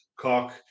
cock